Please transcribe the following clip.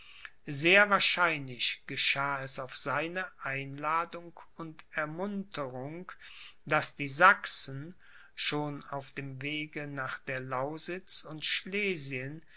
sehr wahrscheinlich geschah es auf seine einladung und ermunterung daß die sachsen schon auf dem wege nach der lausitz und schlesien